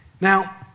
Now